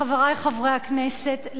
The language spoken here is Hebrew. חברי חברי הכנסת,